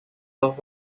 dos